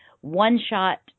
one-shot